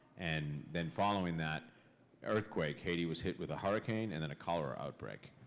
and then following that earthquake, haiti was hit with a hurricane and then a cholera outbreak.